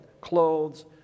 clothes